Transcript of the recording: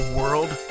world